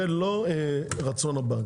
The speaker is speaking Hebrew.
זה לא רצון הבנק.